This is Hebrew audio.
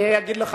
אני אגיד לך